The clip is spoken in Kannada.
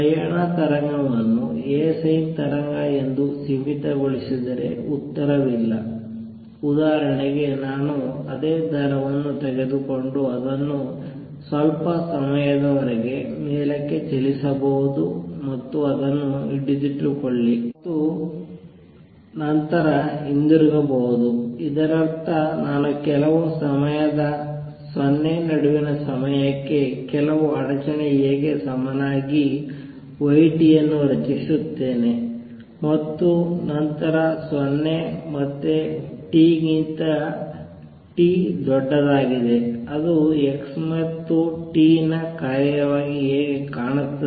ಪ್ರಯಾಣ ತರಂಗವನ್ನು A sin ತರಂಗ ಎಂದು ಸೀಮಿತಗೊಳಿಸಿದರೆ ಉತ್ತರವಿಲ್ಲ ಉದಾಹರಣೆಗೆ ನಾನು ಅದೇ ದಾರವನ್ನು ತೆಗೆದುಕೊಂಡು ಅದನ್ನು ಸ್ವಲ್ಪ ಸಮಯದವರೆಗೆ ಮೇಲಕ್ಕೆ ಚಲಿಸಬಹುದು ಮತ್ತು ಅದನ್ನು ಹಿಡಿದಿಟ್ಟುಕೊಳ್ಳಿ ಮತ್ತು ನಂತರ ಹಿಂತಿರುಗಬಹುದು ಇದರರ್ಥ ನಾನು ಕೆಲವು ಸಮಯದ 0 ನಡುವಿನ ಸಮಯಕ್ಕೆ ಕೆಲವು ಅಡಚಣೆ A ಗೆ ಸಮನಾಗಿ y t ಅನ್ನು ರಚಿಸುತ್ತೇನೆ ಮತ್ತು ನಂತರ 0 ಮತ್ತೆ ಅಥವಾ t ಗಿಂತ T ದೊಡ್ಡದಾಗಿದೆ ಅದು x ಮತ್ತು t ನ ಕಾರ್ಯವಾಗಿ ಹೇಗೆ ಕಾಣುತ್ತದೆ